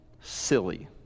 silly